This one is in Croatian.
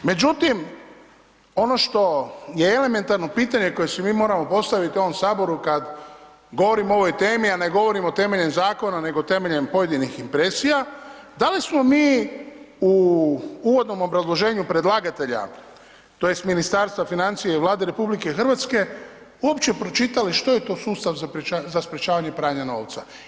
Međutim, ono što je elementarno pitanje koje si moramo postaviti u ovom saboru kad govorimo o ovoj temi, a ne govorimo temeljem zakona nego temeljem pojedinih impresija, da li smo mi u uvodnom obrazloženju predlagatelja, tj. Ministarstva financija i Vlade RH uopće pročitali što je to sustav za sprječavanje pranja novca.